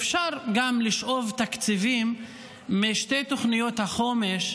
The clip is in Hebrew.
אפשר גם לשאוב תקציבים משתי תוכניות החומש,